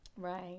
Right